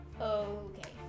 okay